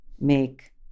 make